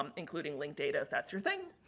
um including linked data, if that's your thing.